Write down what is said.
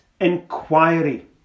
inquiry